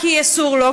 כי אסור לו,